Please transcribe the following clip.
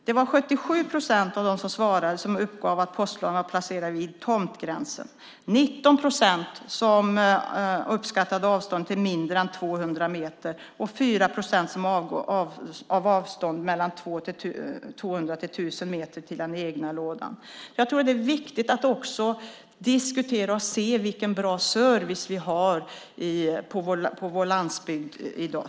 Det var 77 procent som uppgav att postlådorna var placerade vid tomtgränsen, 19 procent uppskattade avståndet till mindre än 200 meter och 4 procent uppskattade avståndet till den egna lådan till mellan 200 och 1 000 meter. Jag tror att det är viktigt att också se vilken bra service vi har på landsbygden.